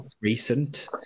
recent